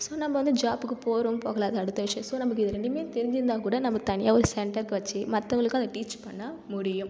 so நம்ம வந்து ஜாப்புக்கு போகிறோம் போகல அது அடுத்த விஷயம் ஸோ நமக்கு இது இரண்டுமே தெரிஞ்சிருந்தால் கூட நம்ம தனியாக ஒரு சென்டர்க் வச்சு மற்றவங்களுக்கு அதை டீச் பண்ண முடியும்